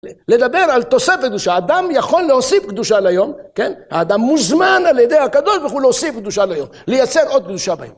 לדבר על תוספת, שהאדם יכול להוסיף קדושה ליום, כן? האדם מוזמן על ידי הקדוש ברוך הוא להוסיף קדושה ליום, לייצר עוד קדושה ביום.